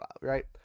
right